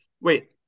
wait